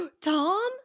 tom